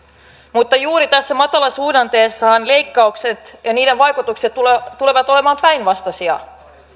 mutta juuri tässä matalasuhdanteessahan leikkaukset ja ja niiden vaikutukset tulevat tulevat olemaan päinvastaisia